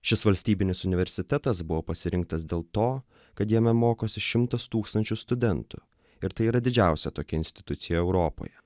šis valstybinis universitetas buvo pasirinktas dėl to kad jame mokosi šimtas tūkstančių studentų ir tai yra didžiausia tokia institucija europoje